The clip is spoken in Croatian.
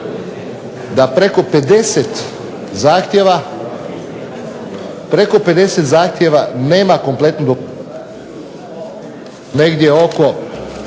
da preko 50 zahtjeva, preko 50 zahtjeva nema kompletnu, negdje oko